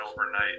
overnight